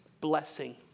blessing